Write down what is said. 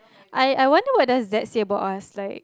I I wonder what does that say about us like